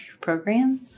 program